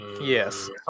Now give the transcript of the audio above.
Yes